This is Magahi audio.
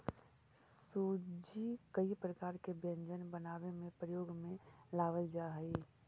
सूजी कई प्रकार के व्यंजन बनावे में प्रयोग में लावल जा हई